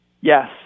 Yes